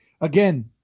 again